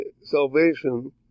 salvation